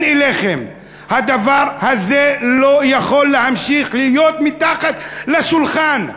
הדבר הזה לא יכול להמשיך להיות מתחת לשולחן.